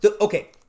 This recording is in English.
okay